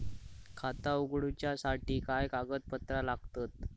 खाता उगडूच्यासाठी काय कागदपत्रा लागतत?